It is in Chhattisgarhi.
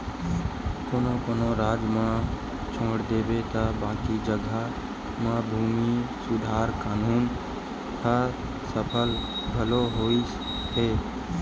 कोनो कोनो राज ल छोड़ देबे त बाकी जघा म भूमि सुधार कान्हून ह सफल घलो होइस हे